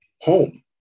home